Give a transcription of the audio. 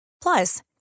Plus